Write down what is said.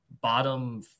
bottom